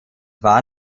war